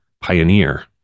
pioneer